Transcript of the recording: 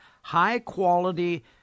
high-quality